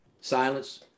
Silence